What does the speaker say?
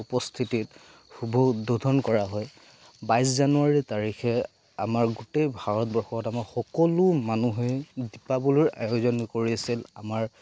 উপস্থিতিত শুভ উদ্বোধন কৰা হয় বাইছ জানুৱাৰীৰ তাৰিখে আমাৰ গোটেই ভাৰতবৰ্ষত আমাৰ সকলো মানুহে দীপাৱলীৰ আয়োজন কৰি আছিল আমাৰ